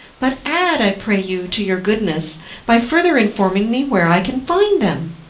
but add, i pray you, to your goodness by further informing me where i can find them.